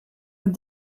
with